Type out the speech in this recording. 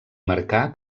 marcà